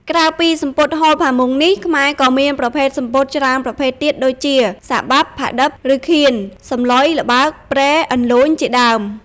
ក្រៅពីសំពត់ហូល ផាមួងនេះ ខ្មែរក៏មានប្រភេទសំពត់ច្រើនប្រភេទទៀតដូចជា, សារបាប់, ផាឌិប ឬខៀន, សម្លុយ, ល្បើក, ព្រែ, អន្លូញ ជាដើម។